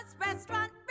restaurant